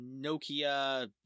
Nokia